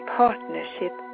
partnership